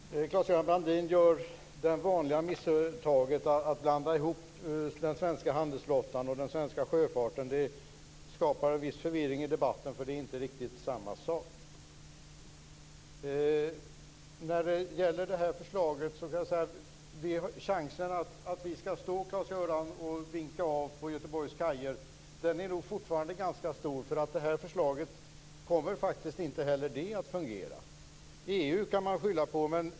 Herr talman! Claes-Göran Brandin gör det vanliga misstaget att blanda ihop den svenska handelsflottan och den svenska sjöfarten. Det skapar en viss förvirring i debatten eftersom det inte är riktigt samma sak. Risken att vi skall stå på kajerna och vinka av sjöfarten är fortfarande ganska stor, Claes-Göran Brandin. Det här förslaget kommer inte heller att fungera. Det går att skylla på EU.